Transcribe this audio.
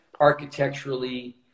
architecturally